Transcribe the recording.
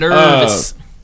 Nervous